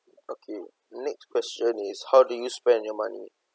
okay next question is how do you spend your money